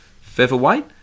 featherweight